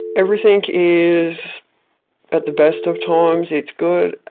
everything is at the best of times, it's good.